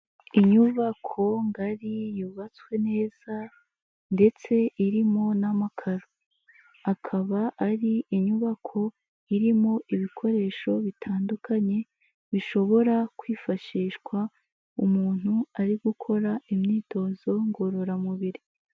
Inyubako ngari yubatswe neza ndetse irimo n'amakaro akaba ari inyubako irimo ibikoresho bitandukanye, bishobora kwifashishwa umuntu ari gukora imyitozo ngororamubiri.